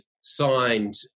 signed